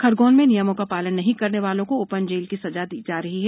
खरगौन में नियमों का पालन नहीं करने वालों को ओपन जेल की सजा दी जा रही है